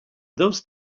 those